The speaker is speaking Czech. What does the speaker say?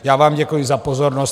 Já vám děkuji za pozornost.